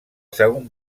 segon